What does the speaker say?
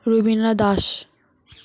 Rubina Das